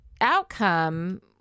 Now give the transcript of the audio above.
outcome